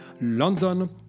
London